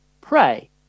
pray